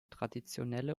traditionelle